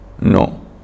No